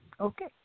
Okay